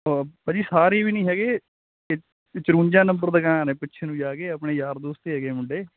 ਭਾਅ ਜੀ ਸਾਰੀ ਵੀ ਨਹੀਂ ਹੈਗੇ ਚੁਰੰਜਾ ਨੰਬਰ ਦੁਕਾਨ ਆ ਪਿੱਛੇ ਨੂੰ ਜਾ ਕੇ ਆਪਣੇ ਯਾਰ ਦੋਸਤ ਹੀ ਹੈਗੇ ਮੁੰਡੇ